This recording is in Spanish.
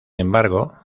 embargo